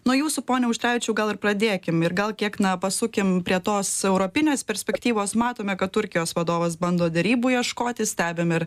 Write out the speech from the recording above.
nuo jūsų pone auštrevičiau gal ir pradėkim ir gal kiek na pasukim prie tos europinės perspektyvos matome kad turkijos vadovas bando derybų ieškoti stebim ir